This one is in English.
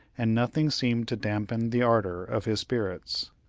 and nothing seemed to dampen the ardor of his spirits.